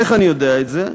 איך אני יודע את זה?